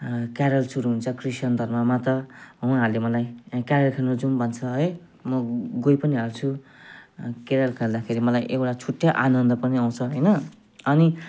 carol सुुरु हुन्छ Christian धर्ममा त उहाँहरूले मलाई क्यारोल खेल्न जाऊँ भन्छ है म गई पनि हाल्छु क्यारोल खेल्दाखेरि मलाई एउटा छुट्टै आनन्द पनि आउँछ होइन अनि